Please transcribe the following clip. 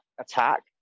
attack